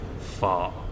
far